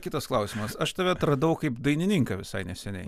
kitas klausimas aš tave atradau kaip dainininką visai neseniai